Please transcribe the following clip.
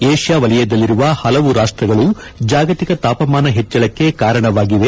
Asia ವಲಯದಲ್ಲಿರುವ ಹಲವು ರಾಷ್ಸಗಳು ಜಾಗತಿಕ ತಾಪಮಾನ ಹೆಚ್ಚಳಕ್ಕೆ ಕಾರಣವಾಗಿವೆ